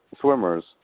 swimmers